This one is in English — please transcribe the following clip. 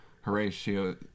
Horatio